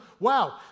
Wow